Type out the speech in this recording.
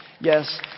Yes